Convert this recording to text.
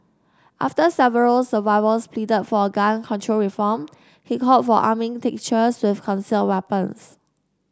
after several survivors pleaded for gun control reform he called for arming teachers with concealed weapons